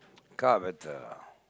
car better lah